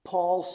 Paul